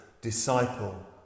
disciple